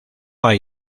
hay